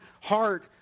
heart